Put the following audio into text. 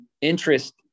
interest